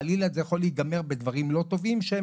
חלילה זה יכול להיגמר בדברים לא טובים שהן